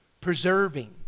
preserving